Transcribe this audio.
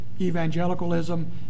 evangelicalism